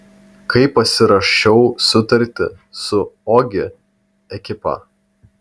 kai pasirašiau sutartį su ogi ekipa